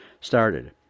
started